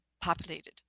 populated